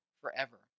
forever